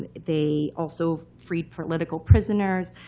they also freed political prisoners.